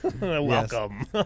Welcome